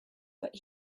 but